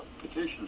petitions